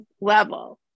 level